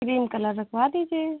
cream colour रखवा दीजिए